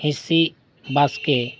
ᱦᱤᱸᱥᱤᱫ ᱵᱟᱥᱠᱮ